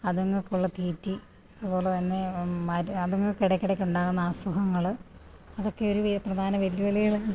അതുങ്ങൾക്കുള്ള തീറ്റി അതുപോലെതന്നെ അത് അതുങ്ങൾക്കിടയ്ക്കിടയ്ക്കിടയ്ക്കുണ്ടാകുന്ന അസുഖങ്ങള് അതൊക്കെ ഒരു പ്രധാന വെല്ലുവിളികള്